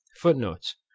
Footnotes